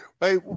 Hey